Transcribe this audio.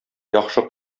яхшы